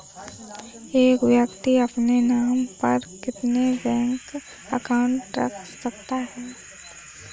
एक व्यक्ति अपने नाम पर कितने बैंक अकाउंट रख सकता है?